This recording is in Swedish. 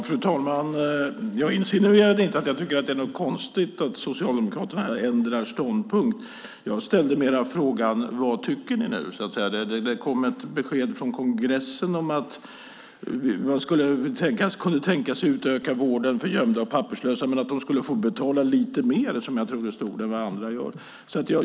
Fru talman! Jag insinuerade inte att jag tycker att det är någonting konstigt att Socialdemokraterna här ändrar ståndpunkt utan undrade mer vad ni nu tycker. Från er kongress kom det ju ett besked om att man kunde tänka sig att utöka vården för gömda och papperslösa men att de - så tror jag att det stod - får betala lite mer än andra.